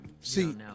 See